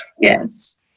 yes